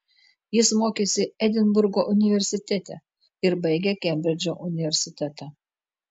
jis mokėsi edinburgo universitete ir baigė kembridžo universitetą